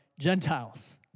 Gentiles